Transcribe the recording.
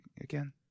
again